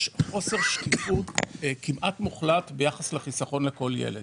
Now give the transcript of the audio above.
ישנו חוסר שקיפות כמעט מוחלט ביחס לחיסכון לכל ילד,